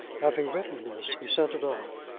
having written this, he sent it off,